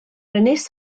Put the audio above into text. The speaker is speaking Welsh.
ynys